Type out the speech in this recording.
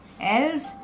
Else